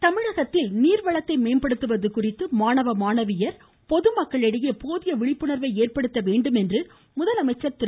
முதலமைச்சர் தமிழகத்தில் நீர்வளத்தை மேம்படுத்துவது குறித்து மாணவ மாணவியர் மற்றும் பொதுமக்களிடையே போதிய விழிப்புணர்வை ஏற்படுத்த வேண்டும் என்று முதலமைச்சர் திரு